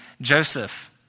Joseph